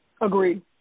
Agreed